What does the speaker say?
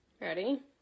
Ready